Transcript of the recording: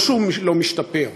לא שהוא לא משתפר,